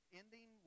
ending